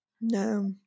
No